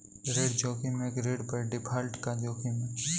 ऋण जोखिम एक ऋण पर डिफ़ॉल्ट का जोखिम है